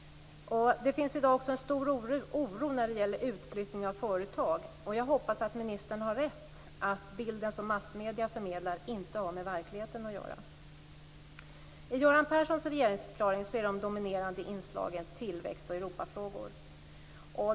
Det finns i dag en stor oro när det gäller utflyttning av företag. Jag hoppas att ministern har rätt när han säger att bilden som massmedierna förmedlar inte har med verkligheten att göra. I Göran Perssons regeringsförklaring är de dominerande inslagen tillväxt och Europafrågor.